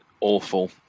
awful